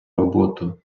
роботу